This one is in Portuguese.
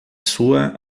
sua